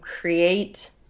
create